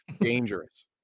dangerous